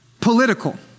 political